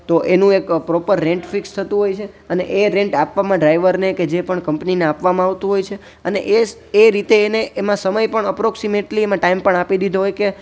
તો એનું એક પ્રોપર રેન્ટ ફિક્સ થતું હોય છે અને એ રેન્ટ આપવામાં ડ્રાઈવરને કે જે પણ કંપનીને આપવામાં આવતું હોય છે અને એ રીતે એમાં સમય પણ અપ્રોક્ષીમેટલી એમાં ટાઈમ પણ આપી દીધો હોય કે